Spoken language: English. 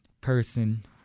person